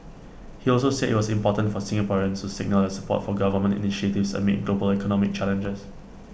he also said IT was important for Singaporeans to signal their support for government initiatives amid global economic challenges